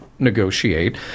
negotiate